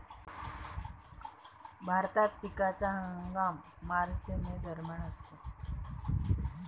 भारतात पिकाचा हंगाम मार्च ते मे दरम्यान असतो